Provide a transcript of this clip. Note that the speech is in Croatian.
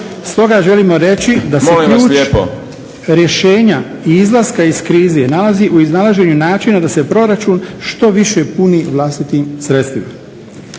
Molim vas lijepo./ … Rješenja i izlaska iz krize nalazi u iznalaženju načina da se proračun što više puni vlastitim sredstvima.